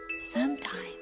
Sometimes